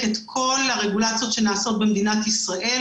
את כל הרגולציות שנעשות במדינת ישראל,